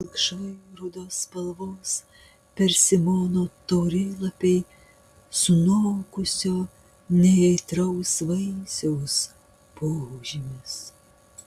pilkšvai rudos spalvos persimono taurėlapiai sunokusio neaitraus vaisiaus požymis